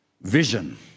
vision